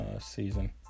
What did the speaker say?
season